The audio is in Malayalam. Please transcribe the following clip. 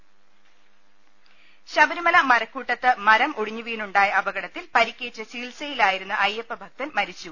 രുവെട്ടിര ശബരിമല മരക്കൂട്ടത്ത് മരം ഒടിഞ്ഞുവീണുണ്ടായ അപകടത്തിൽ പരി ക്കേറ്റ് ചികിത്സയിലായിരുന്ന അയ്യപ്പ ഭക്തൻ മരിച്ചു